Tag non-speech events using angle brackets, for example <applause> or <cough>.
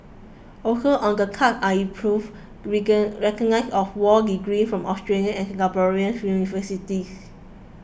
also on the cards are improved <unintelligible> recognition of law degrees from Australian and Singaporean universities